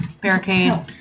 barricade